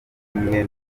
kumwe